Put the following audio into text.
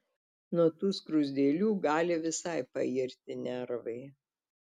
nuo tų skruzdėlių gali visai pairti nervai